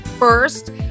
First